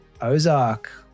Ozark